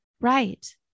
Right